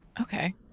Okay